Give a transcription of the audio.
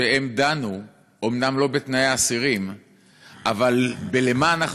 שדנה אומנם לא בתנאי אסירים אבל במה אנחנו